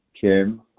Kim